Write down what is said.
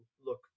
look